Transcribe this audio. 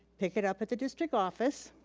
pick it up at the district office,